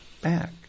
back